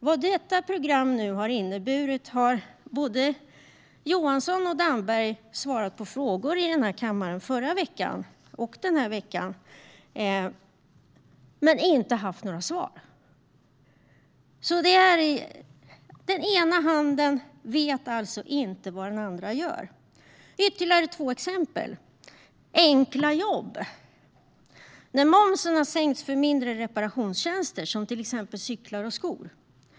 Vad detta program nu har inneburit har både Johansson och Damberg fått frågor om i den här kammaren förra veckan och denna vecka men inte haft några svar på. Den ena handen vet alltså inte vad den andra gör. Jag har ytterligare två exempel. Det ena gäller enkla jobb. Momsen har sänkts för mindre reparationstjänster, till exempel reparation av cyklar och skor.